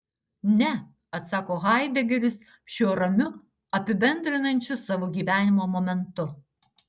ne atsako haidegeris šiuo ramiu apibendrinančiu savo gyvenimo momentu